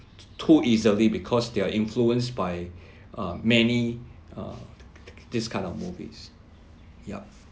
too easily because they are influenced by err many err this kind of movies ya